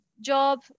job